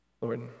Lord